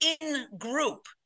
in-group